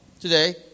today